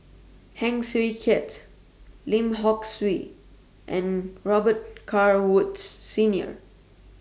Heng Swee Keat Lim Hock Siew and Robet Carr Woods Senior